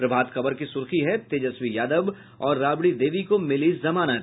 प्रभात खबर की सुर्खी है तेजस्वी यादव और राबड़ी देवी को मिली जमानत